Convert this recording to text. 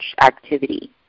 activity